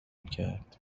کرد